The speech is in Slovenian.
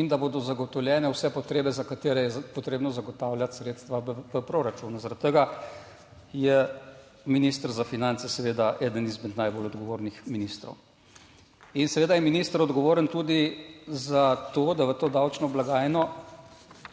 in da bodo zagotovljene vse potrebe, za katere je potrebno zagotavljati sredstva v proračunu. Zaradi tega je minister za finance seveda eden izmed najbolj odgovornih ministrov. In seveda je minister odgovoren tudi za to, da v to davčno blagajno